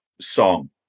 song